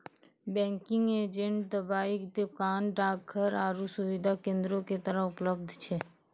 banking agent दबाइ दोकान, डाकघर आरु सुविधा केन्द्रो के तरह उपलब्ध छै